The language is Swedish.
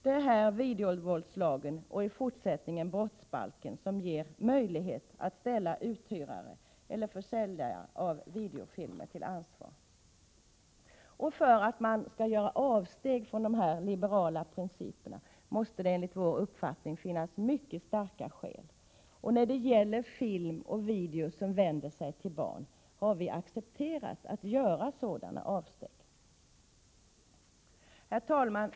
Det är videovåldslagen och i fortsättningen brottsbalken som ger möjlighet att ställa uthyrare eller försäljare av videofilmer till ansvar. För att man skall göra avsteg från den här liberala principen måste det enligt vår uppfattning finnas mycket starka skäl, och när det gäller film och video som vänder sig till barn har vi accepterat att göra sådana avsteg. Herr talman!